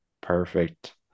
Perfect